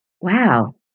wow